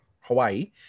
Hawaii